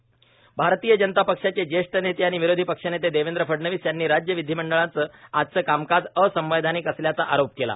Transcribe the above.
देवेंद्र फडणवीस इ एमएस भारतीय जनता पक्षाचे ज्ये ठ नेते आणि विरोधी पक्षनेते देवेंद्र फडणवीस यांनी राज्य विधीमंडळाचं आजचं कामकाज असंवैधानिक असल्याचा आरोप केला